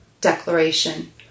declaration